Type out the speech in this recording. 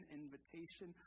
invitation